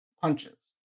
punches